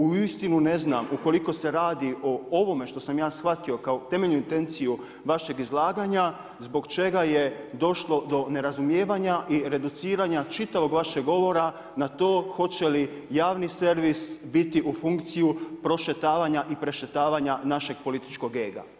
Uistinu ne znam ukoliko se radi o ovome što sam ja shvatio kao temeljnu intenciju vašeg izlaganja, zbog čega je došlo do nerazumijevanja i reduciranja čitavog vašeg govora na to hoće li javni servis biti u funkciji prošetavanja i prešetavanja našeg političkog ega.